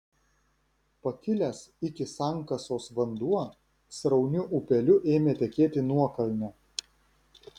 pakilęs iki sankasos vanduo srauniu upeliu ėmė tekėti nuokalne